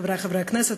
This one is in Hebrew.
חברי חברי הכנסת,